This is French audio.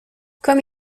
comme